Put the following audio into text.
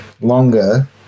longer